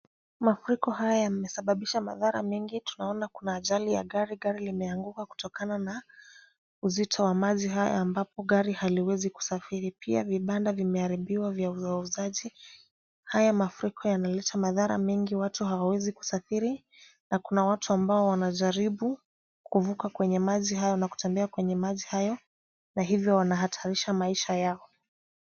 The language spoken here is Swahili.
Mafuriko haya yamesababisha madhara mengi. Tunaona kuna ajali ya gari. Gari limeanguka kutokana na uzito wa maji haya ambapo gari haliwezi kusafiri. Pia vibanda vimeharibiwa vya wauzaji. Haya mafuriko yameleta madhara mengi watu hawawezi kusafiri na kuna watu ambao wanajaribu kuvuka kwenye maji hayo na kutembea kwenye maji hayo na hivyo wanahatarisha maisha yao.